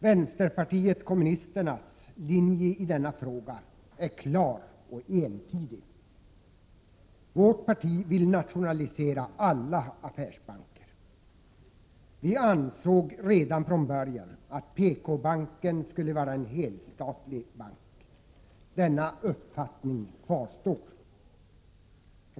Vänsterpartiet kommunisternas linje i denna fråga är klar och entydig. Vårt parti vill nationalisera alla affärsbanker. Vi ansåg redan från början att PKbanken skulle vara en helstatlig bank. Denna uppfattning kvarstår.